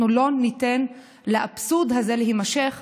אנחנו לא ניתן לאבסורד הזה להימשך,